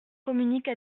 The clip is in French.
communique